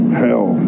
hell